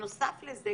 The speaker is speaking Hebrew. בנוסף לזה,